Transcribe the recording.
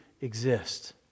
exist